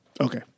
Okay